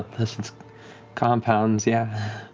unless it's compounds, yeah.